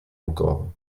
encore